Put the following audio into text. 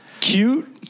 Cute